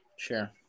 Sure